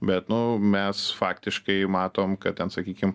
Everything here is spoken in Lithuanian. bet nu mes faktiškai matom kad ten sakykim